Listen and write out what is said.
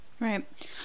Right